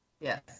Yes